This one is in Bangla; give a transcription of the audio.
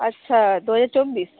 আচ্ছা দুহাজার চব্বিশ